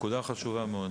נקודה חשוב מאוד.